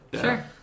Sure